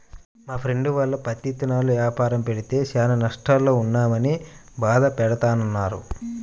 మా ఫ్రెండు వాళ్ళు పత్తి ఇత్తనాల యాపారం పెడితే చానా నష్టాల్లో ఉన్నామని భాధ పడతన్నారు